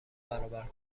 برابر